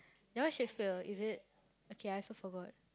that one Shakespeare is it okay I also forgot